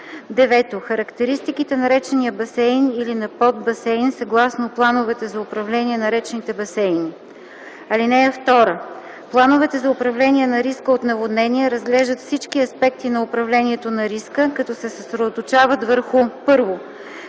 9. характеристиките на речния басейн или подбасейн съгласно плановете за управление на речните басейни. (2) Плановете за управление на риска от наводнения разглеждат всички аспекти на управлението на риска, като се съсредоточават върху: 1.